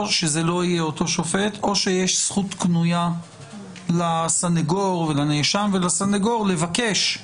שזה לא יהיה אותו שופט או שיש זכות קנויה לנאשם ולסנגור לבקש.